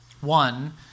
One